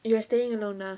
you are staying alone ah